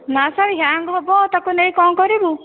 ନା sir hang ହେବ ତାକୁ ନେଇ କ'ଣ କରିବୁ